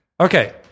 Okay